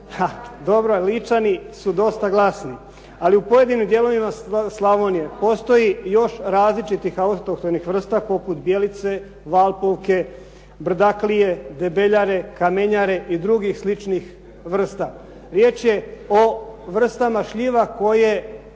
Dobro, Ličani su dosta glasni, ali u pojedinim dijelovima Slavonije postoji još različitih autohtonih vrsta poput bjelice, valpovke, brdaklije, debeljare, kamenjare i drugih sličnih vrsta. Riječ je o vrstama šljiva koje